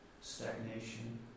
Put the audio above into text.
stagnation